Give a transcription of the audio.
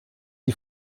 die